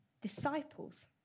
disciples